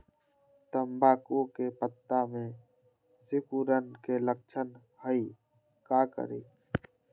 तम्बाकू के पत्ता में सिकुड़न के लक्षण हई का करी?